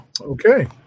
Okay